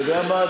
אתה יודע מה,